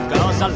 Cause